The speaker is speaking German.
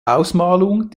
ausmalung